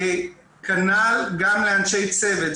כנ"ל גם לאנשי צוות.